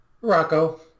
Rocco